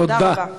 תודה רבה.